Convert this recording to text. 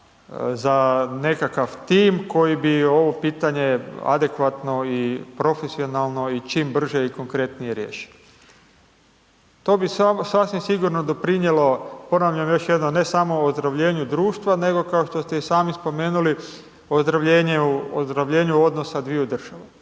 za nekakav tim koji bi ovo pitanje adekvatno i profesionalno i čim brže i konkretnije riješio. To bi sasvim sigurno doprinijelo, ponavljam još jednom, ne samo ozdravljenju društva, nego kao što ste i sami spomenuli ozdravljenju odnosa dviju država.